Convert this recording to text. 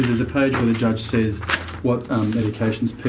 is a page where the judge says what medications peter